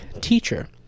teacher